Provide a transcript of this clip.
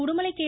Udumalai K